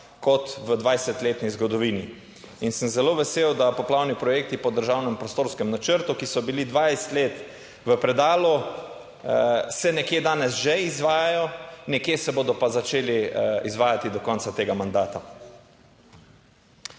kot v 20-letni zgodovini in sem zelo vesel, da poplavni projekti po državnem prostorskem načrtu, ki so bili 20 let v predalu, se nekje danes že izvajajo, nekje se bodo pa začeli izvajati do konca tega mandata.